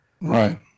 Right